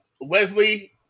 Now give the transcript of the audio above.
Wesley